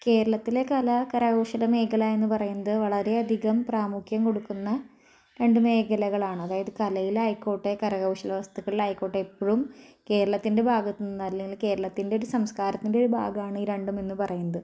കേരളത്തിലെ കലാ കരകൗശല മേഖല എന്ന് പറയുന്നത് വളരെയധികം പ്രാമുഖ്യം കൊടുക്കുന്ന രണ്ടു മേഖലകളാണ് അതായത് കലയിലായിക്കോട്ടെ കരകൗശല വസ്തുക്കളിലായിക്കോട്ടെ എപ്പോഴും കേരളത്തിന്റെ ഭാഗത്തു നിന്ന് അല്ലെങ്കിൽ കേരളത്തിന്റെ ഒരു സംസ്കാരത്തിന്റെ ഒരു ഭാഗമാണ് ഈ രണ്ടും എന്ന് പറയുന്നത്